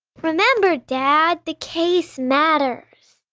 remember, dad the case matters.